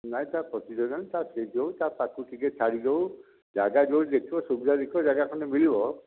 ନାଇଁ ତା ପ୍ରତିଯୋଗିତା ନାଇଁ ତା ସେ ଯେଉଁ ତା ପାଖକୁ ଟିକିଏ ଛାଡ଼ିକି ଯେଉଁ ଜାଗା ଯେଉଁଠି ଦେଖିବ ସୁବିଧା ଦେଖିବ ଜାଗା ଖଣ୍ଡେ ମିଳିବ